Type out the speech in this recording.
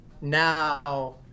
now